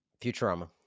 Futurama